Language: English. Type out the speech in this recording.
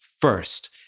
first